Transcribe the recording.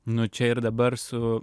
nuo čia ir dabar su